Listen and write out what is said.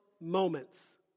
moments